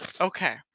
Okay